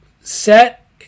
set